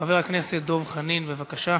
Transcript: חבר הכנסת דב חנין, בבקשה.